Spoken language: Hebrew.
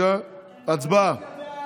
הצבעה,